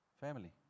family